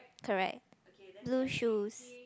correct blue shoes